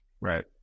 Right